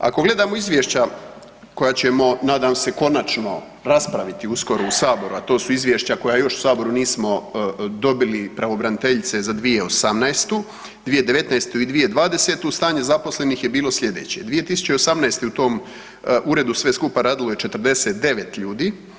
Ako gledamo izvješća koja ćemo nadam se konačno raspraviti uskoro u Saboru, a to su izvješća koja još u Saboru nismo dobili pravobraniteljice za 2018., 2019. i 2020. stanje zaposlenih je bilo sljedeće: 2018. u tom uredu sve skupa je radilo 49 ljudi.